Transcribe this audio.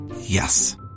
Yes